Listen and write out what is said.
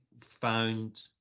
found